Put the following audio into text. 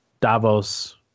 Davos